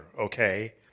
Okay